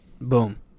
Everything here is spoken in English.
Boom